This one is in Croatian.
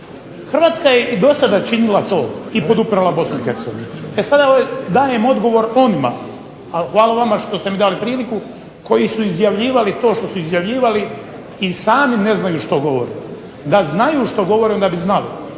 Hrvatska je i do sada činila to i podupirala BiH. e sada dajem odgovor onima, a hvala vama što ste mi dali priliku koji su izjavljivali to što su izjavljivali i sami ne znaju što govore. Da znaju što govore onda bi znali,